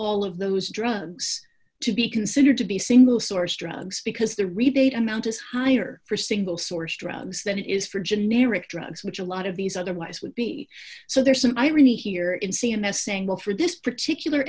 all of those drugs to be considered to be single source drugs because the rebate amount is higher for single source drugs than it is for generic drugs which a lot of these otherwise would be so there's an irony here in c m s saying well for this particular